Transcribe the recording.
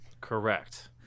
Correct